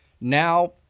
Now